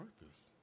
purpose